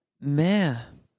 Man